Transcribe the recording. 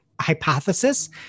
hypothesis